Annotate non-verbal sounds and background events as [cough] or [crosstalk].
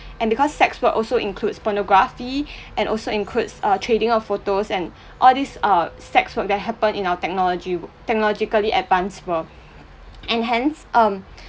and because sex work also includes pornography [breath] and also includes uh trading of photos and all these uh sex work that happened in our technology wo~ technologically advanced world and hence um